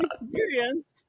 experience